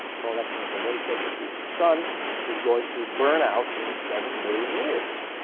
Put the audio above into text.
the fellow next to him said, well, he said that the sun is going to burn out in seven million years.